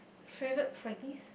favourite place